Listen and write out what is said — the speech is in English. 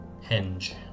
hinge